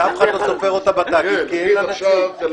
שאף אחד לא סופר אותה בקלפי כעיר רשאית.